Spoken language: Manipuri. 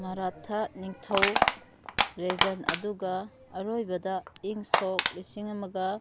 ꯃꯥꯔꯥꯠꯊꯥ ꯅꯤꯡꯊꯧ ꯔꯦꯒꯟ ꯑꯗꯨꯒ ꯑꯔꯣꯏꯕꯗ ꯏꯪ ꯁꯣꯛ ꯂꯤꯁꯤꯡ ꯑꯃꯒ